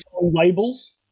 Labels